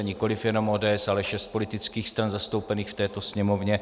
Nikoliv jenom ODS, ale šest politických stran zastoupených v této Sněmovně.